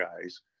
guys